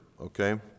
okay